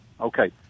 Okay